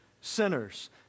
sinners